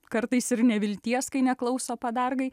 kartais ir nevilties kai neklauso padargai